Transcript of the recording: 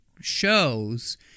shows